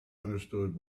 understood